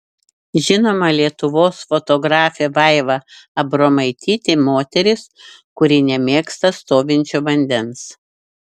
žinoma lietuvos fotografė vaiva abromaitytė moteris kuri nemėgsta stovinčio vandens